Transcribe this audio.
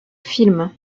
film